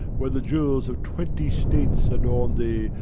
when the jewels of twenty states adorn thee,